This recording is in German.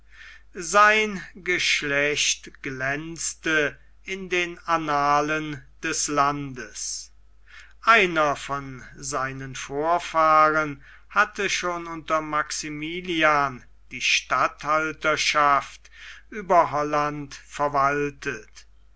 sein geschlecht glänzte in den annalen des landes einer von seinen vorfahren hatte schon unter maximilian die statthalterschaft über holland verwaltet